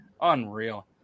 Unreal